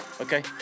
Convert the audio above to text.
Okay